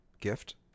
gift